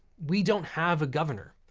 we don't have a governor.